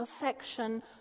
affection